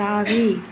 தாவி